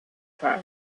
try